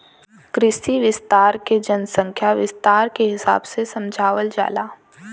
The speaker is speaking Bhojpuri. कृषि विस्तार के जनसंख्या विस्तार के हिसाब से समझावल जाला